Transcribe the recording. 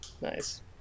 Nice